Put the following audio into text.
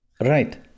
Right